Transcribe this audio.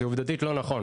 זה עובדתית לא נכון.